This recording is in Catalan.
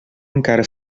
encara